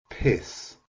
Piss